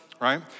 right